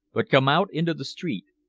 but come out into the street.